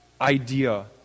idea